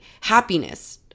happiness